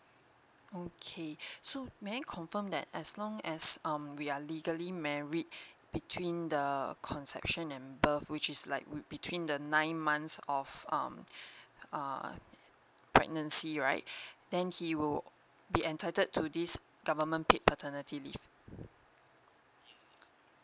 okay so may I confirm that as long as um we are legally married between the conception and birth which is like between the nine months of um err pregnancy right then he will be entitled to this government paid paternity leave